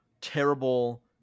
terrible